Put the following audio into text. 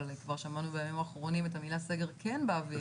כבר שמענו בימים האחרונים את המילה סגר כן באוויר,